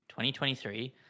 2023